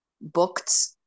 booked